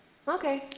okay.